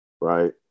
Right